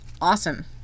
Awesome